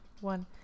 one